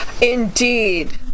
indeed